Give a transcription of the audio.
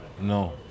No